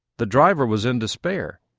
the driver was in despair,